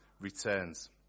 returns